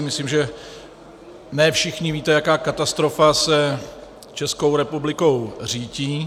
Myslím, že ne všichni víte, jaká katastrofa se Českou republikou řítí.